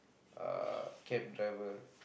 uh cab driver